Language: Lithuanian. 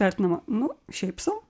vertinama nu šiaip sau